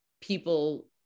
people